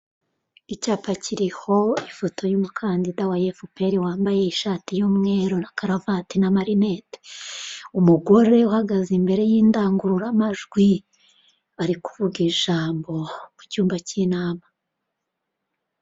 Icyapa kiriho ifoto y'umukandida wa efuperi wambaye ishati y'umweru na karuvati na marineti, umugore uhagaze imbere y'indangururamajwi ari kuvuga ijambo mu cyumba k'inama.